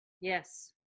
Yes